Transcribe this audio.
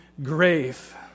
grave